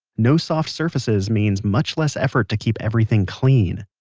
no soft surfaces means much less effort to keep everything clean.